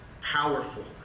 powerful